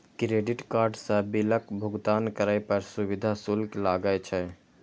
credit card सं बिलक भुगतान करै पर सुविधा शुल्क लागै छै